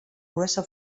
grueso